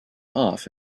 off